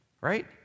right